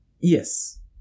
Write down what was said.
Yes